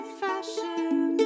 fashion